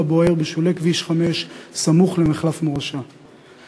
הבוער בשולי כביש 5 סמוך למחלף מורשה,